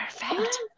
Perfect